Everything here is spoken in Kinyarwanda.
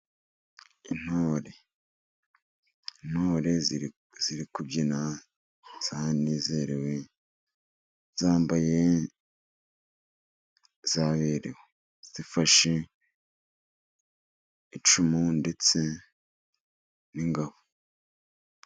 Intore, intore ziri kubyina zanezerewe zambaye, zaberewe zifashe icumu ndetse n'ingabo.